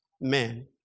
men